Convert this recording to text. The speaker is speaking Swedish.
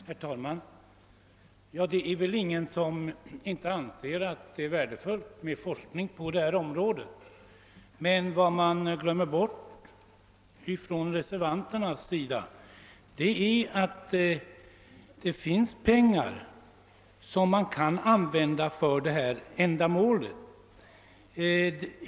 Herr talman! Det är väl ingen som inte anser att det är värdefullt med forskning på detta område. Men reservanterna glömmer bort att det finns pengar som kan användas för detta ändamål.